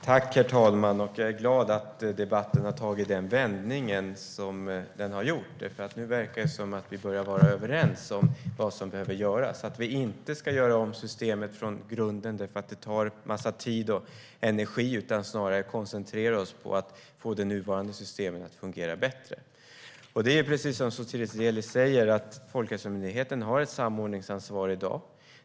Herr talman! Jag är glad att debatten har tagit den vändning som den har gjort. Nu verkar vi börja vara överens om vad som behöver göras. Vi ska inte göra om systemet från grunden, eftersom det tar en massa tid och energi. Vi ska snarare koncentrera oss på att få det nuvarande systemet att fungera bättre. Det är precis som Sotiris Delis säger. Folkhälsomyndigheten har i dag ett samordningsansvar.